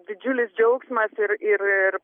didžiulis džiaugsmas ir ir